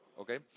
Okay